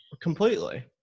completely